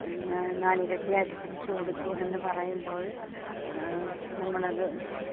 നാലിരട്ടി ആയിട്ട് തിരിച്ചുകൊടുത്തു എന്നു പറയുമ്പോൾ നമ്മളത്